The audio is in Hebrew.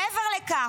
מעבר לכך,